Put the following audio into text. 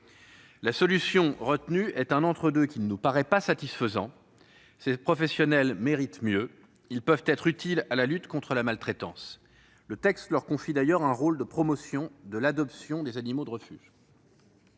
La solution retenue est un entre-deux qui ne nous paraît pas satisfaisant. Ces professionnels méritent mieux. Ils peuvent être utiles à la lutte contre la maltraitance. Le texte leur confie d'ailleurs un rôle de promotion de l'adoption des animaux de refuges.